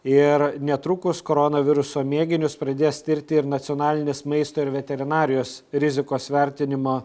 ir netrukus koronaviruso mėginius pradės tirti ir nacionalinis maisto ir veterinarijos rizikos vertinimo